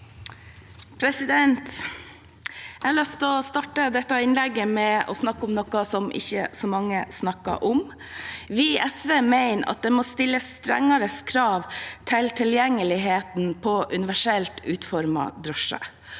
Jeg har lyst til å star- te dette innlegget med å snakke om noe som ikke så mange snakker om. Vi i SV mener at det må stilles strengere krav til tilgjengeligheten på universelt utformede drosjer.